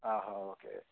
ಆಹಾ ಓಕೆ